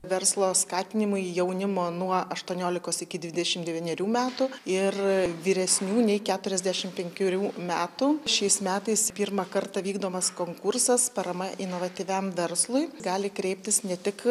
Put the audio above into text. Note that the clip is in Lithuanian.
verslo skatinimui jaunimo nuo aštuoniolikos iki dvidešim devynerių metų ir vyresnių nei keturiasdešim penkerių metų šiais metais pirmą kartą vykdomas konkursas parama inovatyviam verslui gali kreiptis ne tik